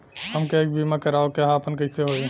हमके एक बीमा करावे के ह आपन कईसे होई?